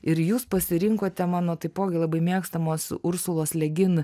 ir jūs pasirinkote mano taipogi labai mėgstamos ursulos legin